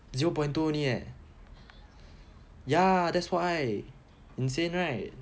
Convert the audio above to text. zero point two only eh ya that's why insane right